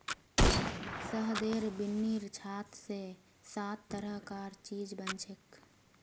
शहदेर बिन्नीर छात स सात तरह कार चीज बनछेक